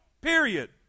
period